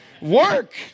Work